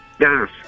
Yes